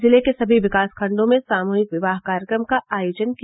जिले के सभी विकास खण्डों में सामूहिक विवाह कार्यक्रम का आयोजन किया